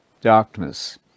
darkness